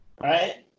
Right